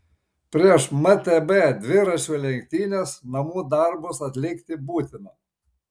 prieš mtb dviračių lenktynes namų darbus atlikti būtina